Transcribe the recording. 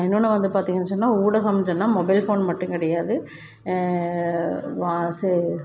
இன்னொன்னு வந்து பார்த்தீங்கன்னு சொன்னால் ஊடகம் சொன்னால் மொபைல் ஃபோன் மட்டும் கிடையாது வா ச